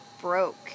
broke